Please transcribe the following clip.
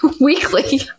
weekly